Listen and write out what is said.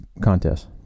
contest